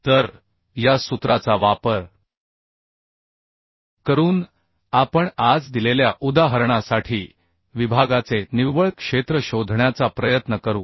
तर या सूत्राचा वापर करून आपण आज दिलेल्या उदाहरणासाठी विभागाचे निव्वळ क्षेत्र शोधण्याचा प्रयत्न करू